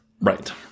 Right